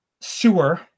sewer